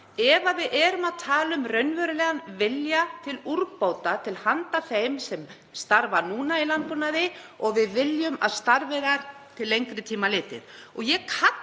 ef við erum að tala um raunverulegan vilja til úrbóta til handa þeim sem starfa núna í landbúnaði, og við viljum að starfi þar til lengri tíma litið.